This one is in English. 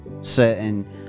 certain